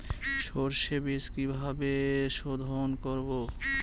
সর্ষে বিজ কিভাবে সোধোন করব?